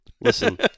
Listen